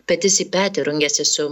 pets į petį rungiasi su